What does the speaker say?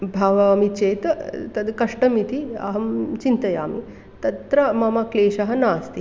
भवामि चेत् तद् कष्टमिति अहं चिन्तयामि तत्र मम क्लेशः नास्ति